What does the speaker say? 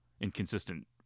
Inconsistent